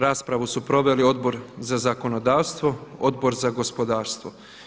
Raspravu su proveli Odbor za zakonodavstvo, Odbor za gospodarstvo.